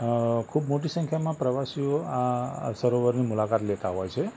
અ ખૂબ મોટી સંખ્યામાં પ્રવાસીઓ આ સરોવરની મુલાકાત લેતા હોય છે